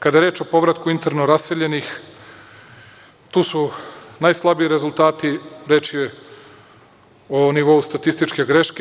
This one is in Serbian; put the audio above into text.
Kada je reč o povratku interno raseljenih, tu su najslabiji rezultati, reč je o nivou statističke greške.